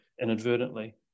inadvertently